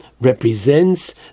represents